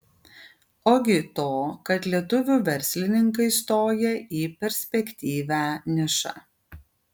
ogi to kad lietuvių verslininkai stoja į perspektyvią nišą